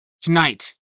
tonight